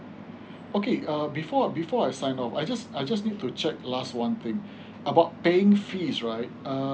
okay uh before before I sign off I just I just need to check last one thing mm about paying fees right uh